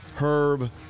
Herb